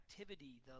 activity